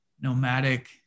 nomadic